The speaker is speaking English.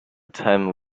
time